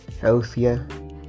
healthier